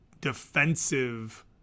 defensive